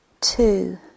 Two